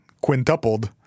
quintupled